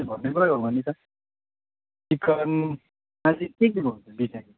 भन्नु गयो भने त चिकन त्यहाँबाट के चाहिँ पाउँछ बिरियानी